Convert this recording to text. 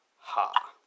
ha